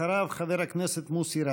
אחריו, חבר הכנסת מוסי רז.